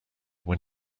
when